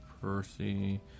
Percy